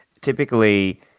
typically